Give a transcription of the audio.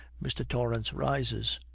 mr. torrance rises.